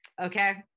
Okay